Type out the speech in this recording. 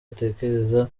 atekereza